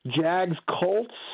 Jags-Colts